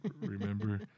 remember